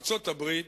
ארצות-הברית,